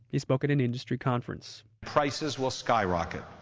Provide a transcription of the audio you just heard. he spoke at an industry conference prices will skyrocket.